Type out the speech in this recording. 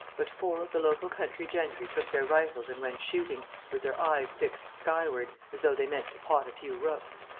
but four of the local country gentry took their rifles and went shooting, with their eyes fixed skyward, as though they meant to pot a few rooks.